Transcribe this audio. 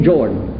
Jordan